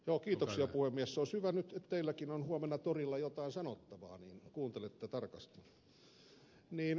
se olisi hyvä nyt että teilläkin on huomenna torilla jotain sanottavaa kun kuuntelette tarkasti